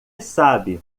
sabe